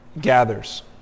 gathers